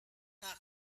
hna